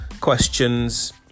questions